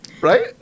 Right